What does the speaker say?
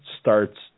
starts